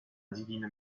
divine